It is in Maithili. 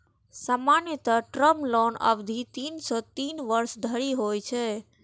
सामान्यतः टर्म लोनक अवधि तीन सं तीन वर्ष धरि होइ छै